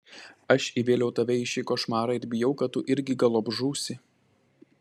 aš įvėliau tave į šį košmarą ir bijau kad tu irgi galop žūsi